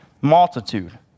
multitude